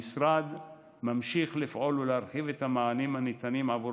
המשרד ממשיך לפעול ולהרחיב את המענים הניתנים עבור